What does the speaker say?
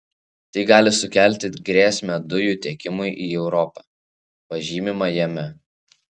tai gali sukelti grėsmę dujų tiekimui į europą pažymima jame